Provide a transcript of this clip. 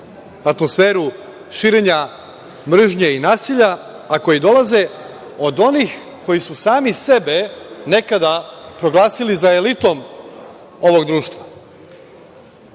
Atmosferu širenja mržnje i nasilja, a koji dolaze od onih koji su sami sebe nekada proglasili za elitu ovog društva. Tu